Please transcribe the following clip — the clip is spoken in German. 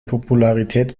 popularität